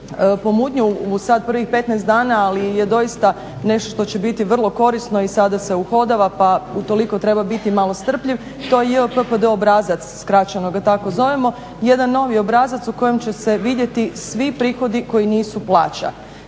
u sad prvih 15 dana ali je doista nešto što će biti vrlo korisno i sada se uhodava pa u toliko treba biti malo strpljiv, to je JPPD obrazac, skraćeno ga tako zovemo, jedan novi obrazac u kojem će se vidjeti svi prihodi koji nisu plaća,